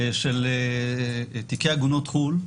של תיקי עגונות חו"ל.